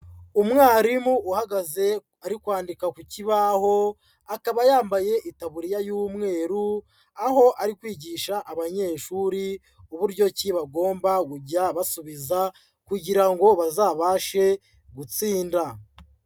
Umwarimu uhagaze ari kwandika ku kibaho, akaba yambaye itaburiya y'umweru, aho ari kwigisha abanyeshuri uburyo ki bagomba kujya basubiza kugira ngo bazabashe gutsinda.